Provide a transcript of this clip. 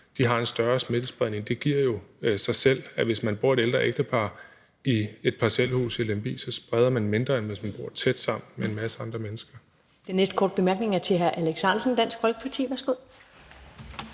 har en større smittespredning. Det giver jo sig selv, at hvis man er et ældre ægtepar, der bor i et parcelhus i Lemvig, så spreder man mindre, end hvis man bor tæt sammen med en masse andre mennesker. Kl. 14:58 Første næstformand (Karen Ellemann): Den næste